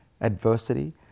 Adversity